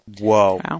Whoa